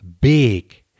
big